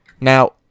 Now